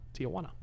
Tijuana